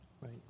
Right